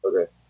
Okay